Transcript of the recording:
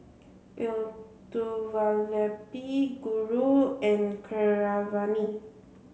Elattuvalapil Guru and Keeravani